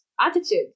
attitude